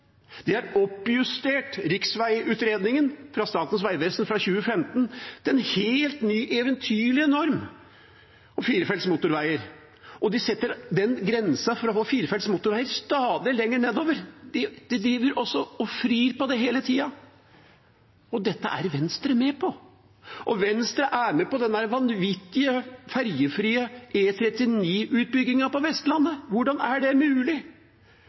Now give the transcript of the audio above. de har oppjustert Riksvegutredningen fra Statens vegvesen fra 2015 til en helt ny eventyrlig norm og firefelts motorveier. De setter grensen for å få firefelts motorveier stadig lenger nedover. De driver og frir med det hele tida, og dette er Venstre med på. Venstre er med på den vanvittige ferjefrie E39-utbyggingen på Vestlandet – hvordan er det mulig?